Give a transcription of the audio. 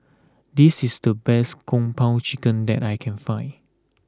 this is the best Kung Po Chicken that I can find